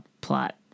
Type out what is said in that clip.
plot